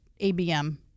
ABM